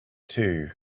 too